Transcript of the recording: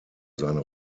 seiner